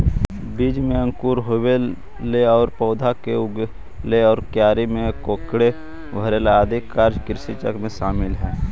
बीज में अंकुर होवेला आउ पौधा के उगेला आउ क्यारी के कोड़के भरेला आदि कार्य कृषिचक्र में शामिल हइ